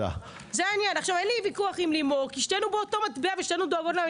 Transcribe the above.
אין לי ויכוח עם לימור כי שתינו באותו צד ושתינו דואגות.